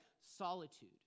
solitude